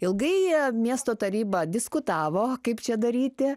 ilgai miesto taryba diskutavo kaip čia daryti